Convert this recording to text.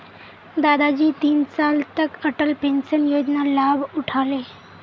दादाजी तीन साल तक अटल पेंशन योजनार लाभ उठा ले